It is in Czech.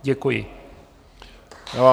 Děkuji vám.